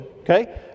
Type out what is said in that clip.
Okay